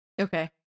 Okay